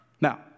Now